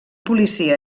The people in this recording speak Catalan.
policia